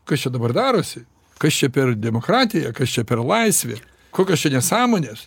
kas čia dabar darosi kas čia per demokratija kas čia per laisvė kokios čia nesąmonės